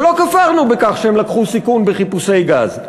אבל לא כפרנו בכך שהם לקחו סיכון בחיפושי גז.